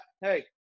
Hey